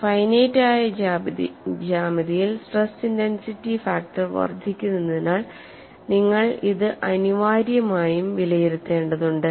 finite ആയ ജ്യാമിതിയിൽ stress intensity factor വർദ്ധിക്കുന്നതിനാൽ നിങ്ങൾ ഇത് അനിവാര്യമായും വിലയിരുത്തേണ്ടതുണ്ട്